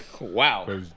Wow